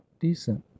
decent